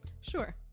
Sure